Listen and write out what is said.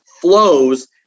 flows